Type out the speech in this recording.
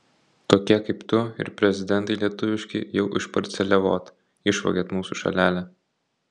tokie kaip tu ir prezidentai lietuviški jau išparceliavot išvogėt mūsų šalelę